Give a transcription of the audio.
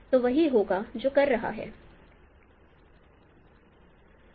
तो वही होगा जो कर रहा है